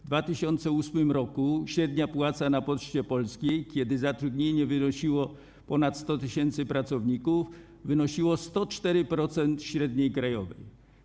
W 2008 r. średnia płaca w Poczcie Polskiej, kiedy zatrudnienie wynosiło ponad 100 tys. pracowników, wynosiła 104% średniej krajowej.